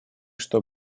что